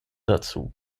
dazu